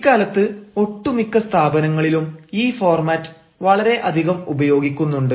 ഇക്കാലത്ത് ഒട്ടു മിക്ക സ്ഥാപനങ്ങളിലും ഈ ഫോർമാറ്റ് വളരെ അധികം ഉപയോഗിക്കുന്നുണ്ട്